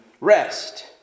rest